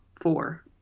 four